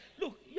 Look